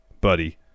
Buddy